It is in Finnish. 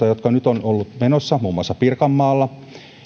jotka ovat olleet menossa muun muassa pirkanmaalla